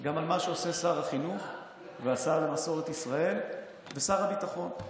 גם על מה שעושה שר החינוך והשר למסורת ישראל ושר הביטחון,